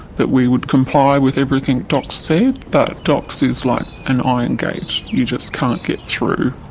that we would comply with everything docs said. but docs is like an iron gate, you just can't get through.